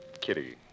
Kitty